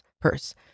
purse